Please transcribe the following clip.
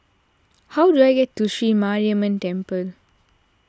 how do I get to Sri Mariamman Temple